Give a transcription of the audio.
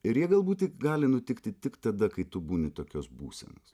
ir jie gal būti gali nutikti tik tada kai tu būni tokios būsenos